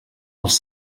els